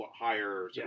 higher